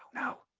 no.